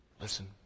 Listen